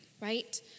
right